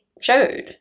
showed